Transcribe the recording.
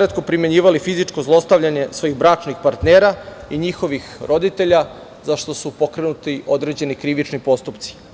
neretko primenjivali fizičko zlostavljanje svojih bračnih partnera i njihovih roditelja, za šta su pokrenuti određeni krivični postupci.